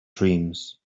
dreams